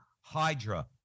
Hydra